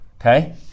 Okay